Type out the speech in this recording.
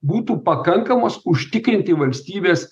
būtų pakankamos užtikrinti valstybės